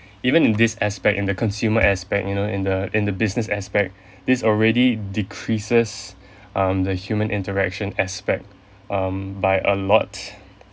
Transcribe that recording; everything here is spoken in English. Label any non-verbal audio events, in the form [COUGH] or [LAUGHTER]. [BREATH] even in this aspect in the consumer aspect you know in the in the business aspect [BREATH] this already decreases [BREATH] um the human interaction aspect um by a lot